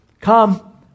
come